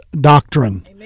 doctrine